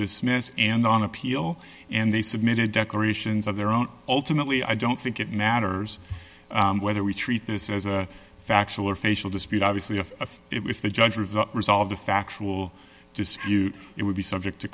dismiss and on appeal and they submitted declarations of their own ultimately i don't think it matters whether we treat this as a factual or facial dispute obviously a if the judge resolved a factual dispute it would be subject to